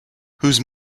whose